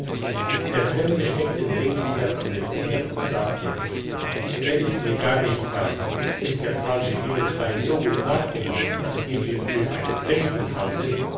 der fremde steckte den ring wieder an den finger und sagte jetzt er ist mir gar nicht feil ist der falsche edelstein so gut nachgemacht dass ihr ihn für einen rechten haltet